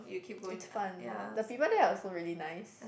it's fun the people there are also really nice